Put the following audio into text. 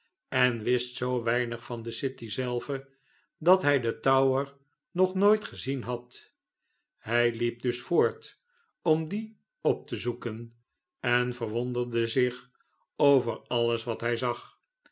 en wist zoo weinig van de city zelve dat hij den tower nog nooit gezien had hij liep dus voort om dien op te zoeken en verwonderde zich over alles wat hij zag